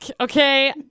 okay